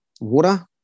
Water